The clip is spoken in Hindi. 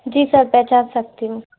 जी सर पहचान सकती हूँ